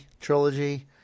trilogy